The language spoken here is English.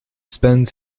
spends